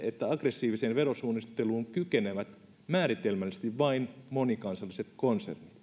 että aggressiiviseen verosuunnitteluun kykenevät määritelmällisesti vain monikansalliset konsernit